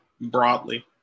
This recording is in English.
broadly